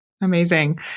Amazing